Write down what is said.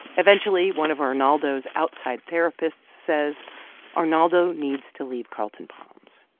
eventually, one of arnaldo's outside therapists says arnaldo needs to leave carlton palms.